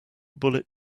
bullet